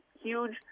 huge